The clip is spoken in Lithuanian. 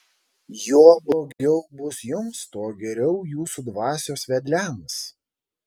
juo blogiau bus jums tuo geriau jūsų dvasios vedliams